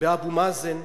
באבו מאזן.